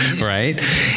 Right